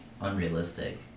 unrealistic